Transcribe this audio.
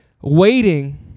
waiting